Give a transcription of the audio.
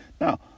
Now